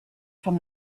from